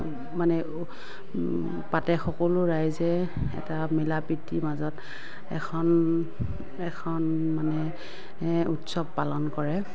মানে পাতে সকলো ৰাইজে এটা মিলাপ্ৰীতিৰ মাজত এখন এখন মানে উৎসৱ পালন কৰে